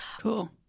Cool